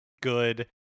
good